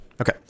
Okay